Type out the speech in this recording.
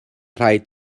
rhaid